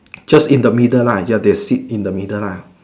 just in the middle lah ya they sit in the middle lah